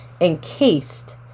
encased